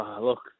Look